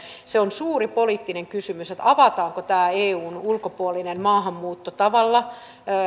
se on suuri poliittinen kysymys avataanko tämä eun ulkopuolinen maahanmuutto